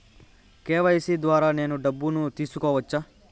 KYC ద్వారా నేను డబ్బును తీసుకోవచ్చా?